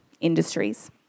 industries